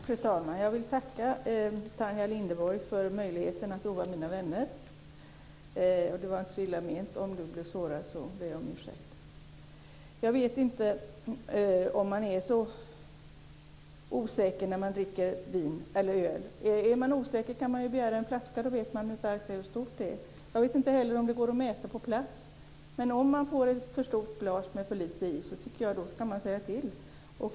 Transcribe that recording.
Fru talman! Jag vill tacka Tanja Linderborg för möjligheten att roa mina vänner. Det var inte så illa menat. Om Tanja Linderborg blev sårad ber jag om ursäkt. Jag vet inte om man är så osäker när man dricker öl. Är man osäker kan man begära en flaska. Då vet man hur starkt och hur stort det är. Jag vet inte om det går att mäta på plats, men om man får ett för stort glas med för lite i tycker jag gott att man kan säga till.